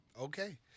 Okay